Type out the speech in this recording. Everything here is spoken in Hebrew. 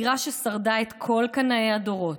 בירה ששרדה את כל קנאי הדורות,